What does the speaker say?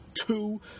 two